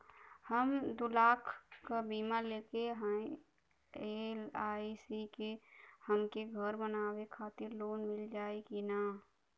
हम दूलाख क बीमा लेले हई एल.आई.सी से हमके घर बनवावे खातिर लोन मिल जाई कि ना?